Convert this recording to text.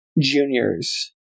Juniors